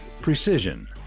precision